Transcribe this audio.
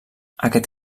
aquest